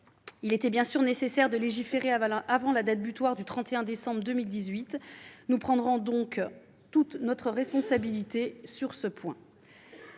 Il était bien sûr nécessaire de légiférer avant la date butoir du 31 décembre 2018 : nous prendrons donc toute notre responsabilité sur ce point.